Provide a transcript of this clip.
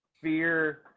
fear